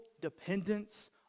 dependence